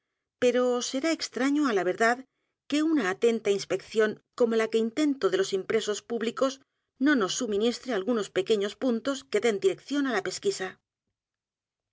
pero será extraño á la verdad que una atenta inspección como la que intento de los impresos públicos no nos suministre algunos pequeños puntos q u e